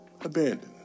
abandoned